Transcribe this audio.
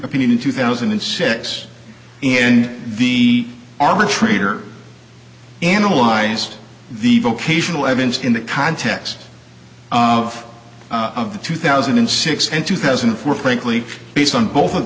opinion in two thousand and six and the arbitrator analyzed the vocational evidence in the context of the two thousand and six and two thousand and four frankly based on both of